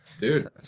Dude